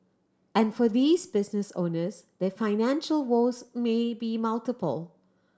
and for these business owners their financial woes may be multiple